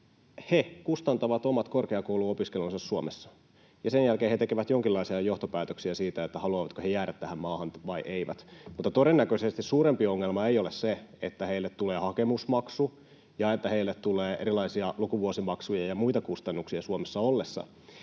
kustantaa omat korkeakouluopiskelunsa Suomessa. Sen jälkeen he tekevät jonkinlaisia johtopäätöksiä siitä, haluavatko he jäädä tähän maahan vai eivät. Mutta todennäköisesti suurempi ongelma ei ole se, että heille tulee hakemusmaksu ja että heille tulee erilaisia lukuvuosimaksuja ja muita kustannuksia Suomessa ollessa.